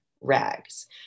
rags